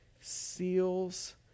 seals